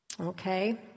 Okay